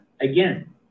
again